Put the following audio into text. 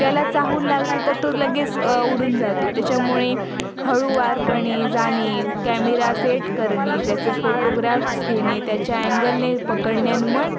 त्याला चाहूल लागली तर तो लगेच उडून जातो त्याच्यामुळे हळूवारपणे जाणे व कॅमेरा सेट करणे त्याचे फोटोग्राफ्स घेणे त्याच्या अँगलने पकडणे आणि मग